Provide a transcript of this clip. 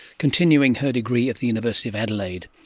continuing her degree at the university of adelaide.